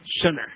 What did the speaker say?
sinner